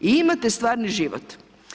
I imate stvarni život.